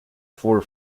four